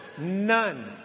None